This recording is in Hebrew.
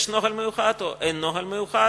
יש נוהל מיוחד או אין נוהל מיוחד.